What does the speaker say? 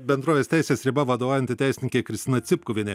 bendrovės teisės riba vadovaujanti teisininkė kristina cipkuvienė